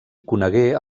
conegué